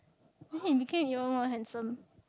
then he became even more handsome